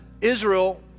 Israel